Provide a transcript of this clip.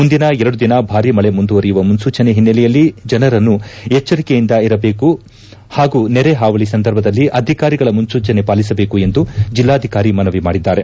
ಮುಂದಿನ ಎರಡು ದಿನ ಭಾರೀ ಮಳೆ ಮುಂದುವರೆಯುವ ಮುನ್ನೂಚನೆ ಹಿನ್ನೆಲೆಯಲ್ಲಿ ಜನರು ಎಚ್ಚರಿಕೆಯಿಂದ ಇರಬೇಕು ಹಾಗೂ ನೆರೆ ಹಾವಳಿ ಸಂದರ್ಭದಲ್ಲಿ ಅಧಿಕಾರಿಗಳ ಸೂಚನೆ ಪಾಲಿಸಬೇಕು ಎಂದು ಜಿಲ್ಲಾಧಿಕಾರಿ ಮನವಿ ಮಾಡಿದ್ದಾರೆ